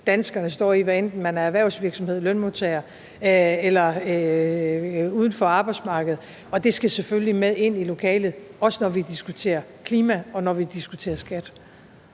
danskerne står i, hvad enten man er erhvervsvirksomhed, lønmodtager eller står uden for arbejdsmarkedet. Og det skal selvfølgelig med ind i lokalet, også når vi diskuterer klima, og når